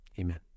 Amen